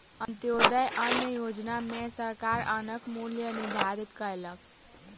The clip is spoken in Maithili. अन्त्योदय अन्न योजना में सरकार अन्नक मूल्य निर्धारित कयलक